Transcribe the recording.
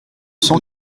cent